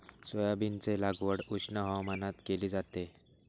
सोयाबीनची लागवड उष्ण हवामानात केली जाते